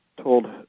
told